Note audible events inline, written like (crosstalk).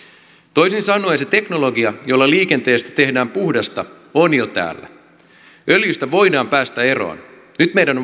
toisin sanoen se teknologia jolla liikenteestä tehdään puhdasta on jo täällä öljystä voidaan päästä eroon nyt meidän (unintelligible)